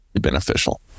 beneficial